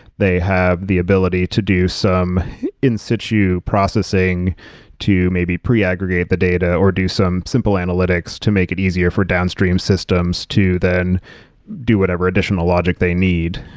they have the ability to do some in situ processing to maybe pre aggregate the data or do some simple analytics to make it easier for downstream systems to then do whatever additional logic they need.